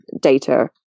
data